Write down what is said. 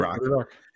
Rock